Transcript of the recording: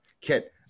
Kit